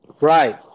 right